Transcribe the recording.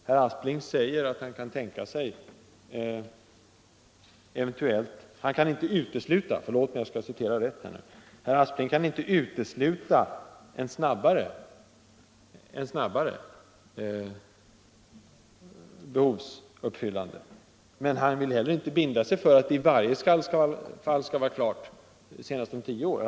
Herr Aspling säger att han inte kan utesluta ett snabbare behovsuppfyllande, men han vill inte heller binda sig för att det målet i varje fall skall vara uppnått senast om tio år.